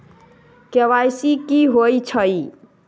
KYC कि होई छई?